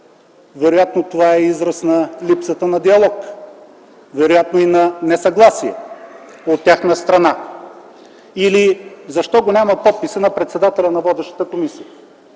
Вероятно това е израз на липсата на диалог, вероятно и на несъгласие от тяхна страна. Защо го няма подписът на председателя на водещата комисия?